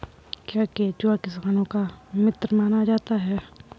क्या केंचुआ किसानों का मित्र माना जाता है?